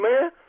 man